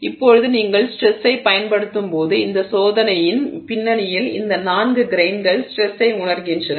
இப்போது நீங்கள் ஸ்ட்ரெஸ்ஸைப் பயன்படுத்தும்போது இந்த சோதனையின் பின்னணியில் இந்த 4 கிரெய்ன்கள் ஸ்ட்ரெஸ்ஸை உணர்கின்றன